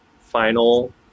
final